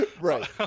Right